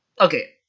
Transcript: okay